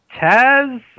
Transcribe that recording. Taz